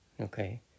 Okay